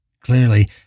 Clearly